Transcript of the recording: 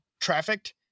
Trafficked